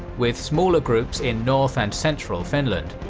with smaller groups in north and central finland.